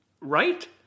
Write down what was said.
right